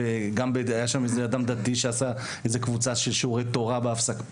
היה שם אדם דתי שעשה קבוצה של שיעורי תורה בהפסקות.